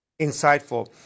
insightful